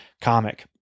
comic